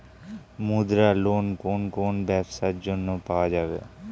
মুদ্রা লোন কোন কোন ব্যবসার জন্য পাওয়া যাবে?